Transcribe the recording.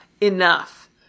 enough